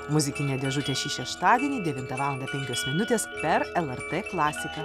muzikinė dėžutė šį šeštadienį devintą valandą penkios minutės per lrt klasiką